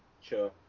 Sure